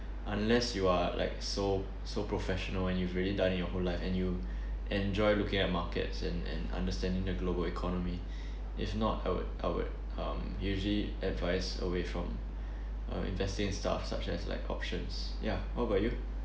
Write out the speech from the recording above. unless you are like so so professional and you've already done it your whole life and you enjoy looking at markets and and understanding the global economy if not I would I would um usually advise away from uh investing in stuff such as like options ya what about you